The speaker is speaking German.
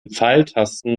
pfeiltasten